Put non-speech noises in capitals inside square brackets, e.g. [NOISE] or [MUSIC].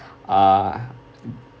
uh [NOISE]